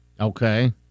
Okay